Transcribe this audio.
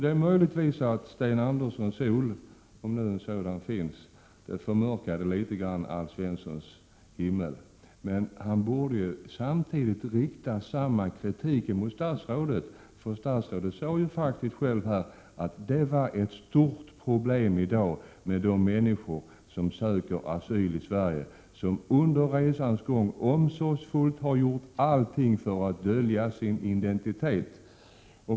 Det är möjligt att Sten Anderssons sol, om nu en sådan finns, litet grand förmörkar Alf Svenssons himmel, men han borde samtidigt rikta samma kritik mot statsrådet. Statsrådet sade faktiskt själv att det var ett stort problem i dag med de människor som söker asyl i Sverige och som under resans gång omsorgsfullt har gjort allting för att dölja sin identitet.